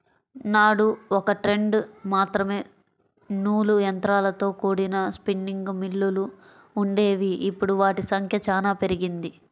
నాడు ఒకట్రెండు మాత్రమే నూలు యంత్రాలతో కూడిన స్పిన్నింగ్ మిల్లులు వుండేవి, ఇప్పుడు వాటి సంఖ్య చానా పెరిగింది